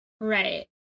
Right